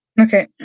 Okay